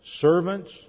servants